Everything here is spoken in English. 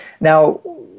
Now